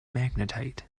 magnetite